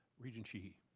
regent sheehy?